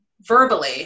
verbally